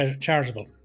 charitable